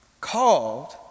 called